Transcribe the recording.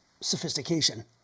sophistication